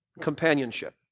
Companionship